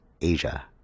Asia